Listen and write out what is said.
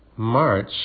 March